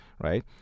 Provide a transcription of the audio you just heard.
right